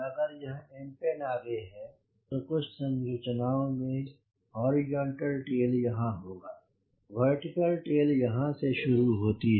अगर यह एम्पेन्नागे है तो कुछ संरचनाओं में हॉरिजॉन्टल टैल यहाँ होगा और वर्टिकल टेल यहाँ से शुरू होती है